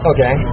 Okay